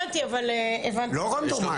זה לא רנדומלי.